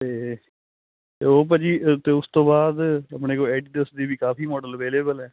ਤੇ ਉਹ ਭਾਅ ਜੀ ਤੇ ਉਸ ਤੋਂ ਬਾਅਦ ਆਪਣੇ ਕੋਲ ਐਡੀਡਸ ਦੇ ਵੀ ਕਾਫੀ ਮਾਡਲ ਅਵੇਲੇਬਲ ਹੈ